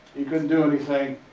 he couldn't do anything,